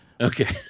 Okay